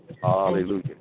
Hallelujah